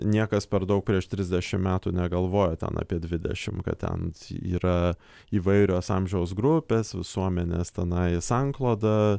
niekas per daug prieš trisdešim metų negalvojo ten apie dvidešim kad ten yra įvairios amžiaus grupės visuomenės tai sankloda